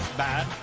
bad